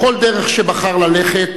בכל דרך שבחר ללכת